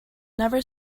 never